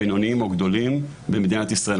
בינוניים או גדולים במדינת ישראל.